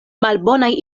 malbonaj